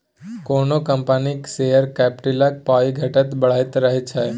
कोनो कंपनीक शेयर कैपिटलक पाइ घटैत बढ़ैत रहैत छै